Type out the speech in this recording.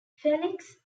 felix